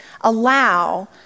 allow